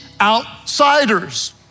outsiders